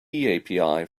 api